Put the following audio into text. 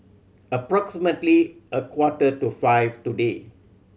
approximately a quarter to five today